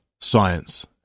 science